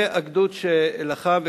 זה הגדוד שלחם,